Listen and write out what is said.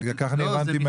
כך אני הבנתי.